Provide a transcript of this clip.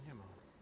Nie ma.